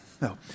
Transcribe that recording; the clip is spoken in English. No